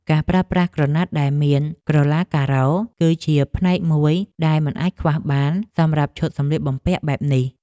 ការប្រើប្រាស់ក្រណាត់ដែលមានក្រឡាការ៉ូ គឺជាផ្នែកមួយដែលមិនអាចខ្វះបានសម្រាប់ឈុតសម្លៀកបំពាក់បែបនេះ។